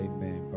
Amen